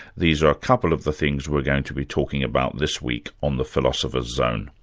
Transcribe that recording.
these are a couple of the things we're going to be talking about this week on the philosopher's zone.